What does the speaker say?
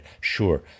sure